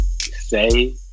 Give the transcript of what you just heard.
say